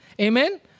Amen